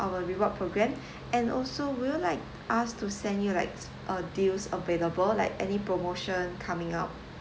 our reward programme and also will you like us to send you like uh deals available like any promotion coming up